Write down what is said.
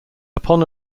upon